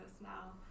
now